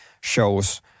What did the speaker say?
shows